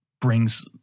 brings